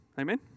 Amen